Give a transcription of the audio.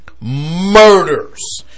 murders